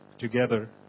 together